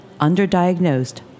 underdiagnosed